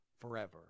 forever